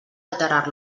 alterar